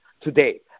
today